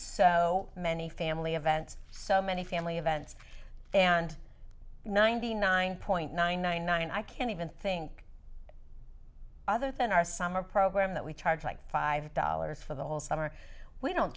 so many family events so many family events and ninety nine point nine nine nine i can't even think other than our summer program that we charge like five dollars for the whole summer we don't